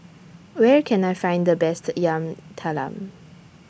Where Can I Find The Best Yam Talam